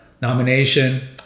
nomination